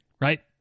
Right